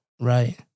Right